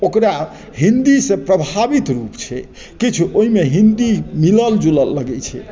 ओकरा हिन्दी सँ प्रभावित रूप छै किछु ओहिमे हिन्दी मिलल जुलल लगै छै